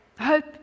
Hope